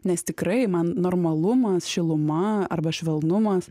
nes tikrai man normalumas šiluma arba švelnumas